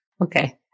Okay